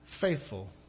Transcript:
faithful